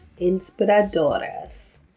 Inspiradoras